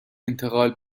انتقال